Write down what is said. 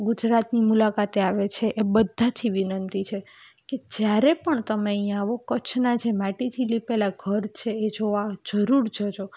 ગુજરાતની મુલાકાતે આવે છે એ બધાથી વિનંતી છે કે જ્યારે પણ તમે અહીંયા આવો કચ્છનાં જે માટીથી લિંપેલાં ઘર છે એ જોવા જરૂર જજો